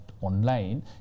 online